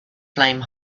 flame